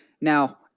Now